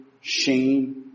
shame